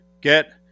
get